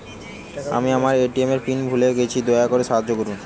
আমি আমার ATM pin ভুলে গেছি, দয়া করে সাহায্য করুন